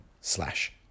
slash